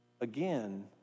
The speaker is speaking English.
again